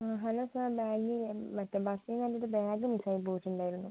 ആ hello sir bag Vaikom ഭാഗത്തുനിന്ന് എൻ്റെ ഒരു ബാഗ് മിസ്സായിപ്പോയിട്ടുണ്ടായിരുന്നു